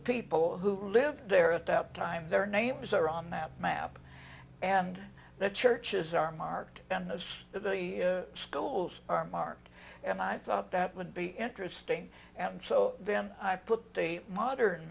people who live there at that time their names are on that map and the churches are marked down most of the schools are marked and i thought that would be interesting and so then i put a modern